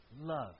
Love